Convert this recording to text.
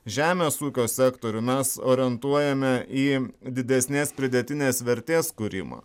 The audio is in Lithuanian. žemės ūkio sektorių mes orientuojame į didesnės pridėtinės vertės kūrimą